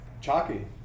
Chalky